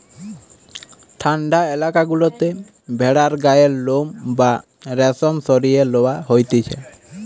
ঠান্ডা এলাকা গুলাতে ভেড়ার গায়ের লোম বা রেশম সরিয়ে লওয়া হতিছে